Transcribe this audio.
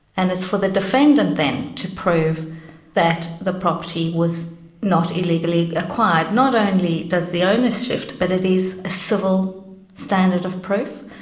and it's for the defendant then to prove that the property was not illegally acquired. not only does the onus shift but it is a civil standard of proof.